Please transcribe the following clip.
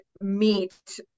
meet